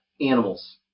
animals